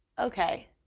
ok,